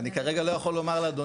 אני כרגע לא יכול לומר לאדוני.